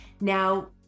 Now